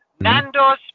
Nando's